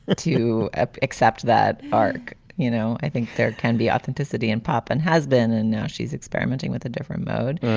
ah to ah accept that. ah you know, i think there can be authenticity in pop and has been and now she's experimenting with a different mode.